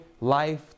life